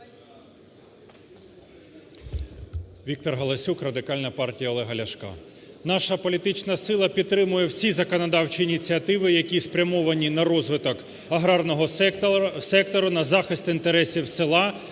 Віктор Галасюк, Радикальна партія Олега Ляшка. Наша політична сила підтримує всі законодавчі ініціативи, які спрямовані на розвиток аграрного сектору, на захист інтересів села